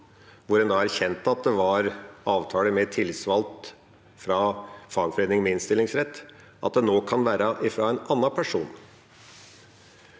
hvor en erkjente at det var avtale med tillitsvalgt fra fagforening med innstillingsrett, er at det nå kan være fra en annen person.